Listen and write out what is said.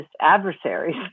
adversaries